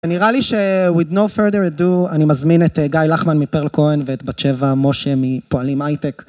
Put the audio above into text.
נראה לי ש- with no further ado, אני מזמין את גיא לחמן מפרל כהן ואת בת שבע משה מפועלים הייטק.